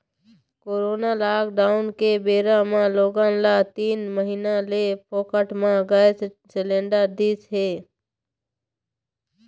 corona lockdown के बेरा म लोगन ल तीन महीना ले फोकट म गैंस सिलेंडर दिस हे